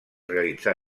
realitzar